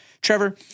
Trevor